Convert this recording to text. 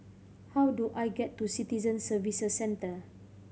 how do I get to Citizen Services Centre